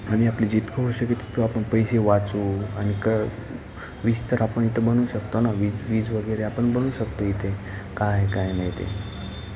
आणि आपली जितकं होऊ शकते तितकं आपण पैसे वाचवू आणि क वीजतर आपण इथं बनवू शकतो ना वीज वीजवगैरे आपण बनवू शकतो इथे काय आहे काय नाही ते